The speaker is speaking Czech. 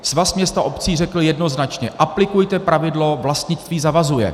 Svaz měst a obcí řekl jednoznačně: Aplikujte pravidlo vlastnictví zavazuje.